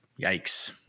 yikes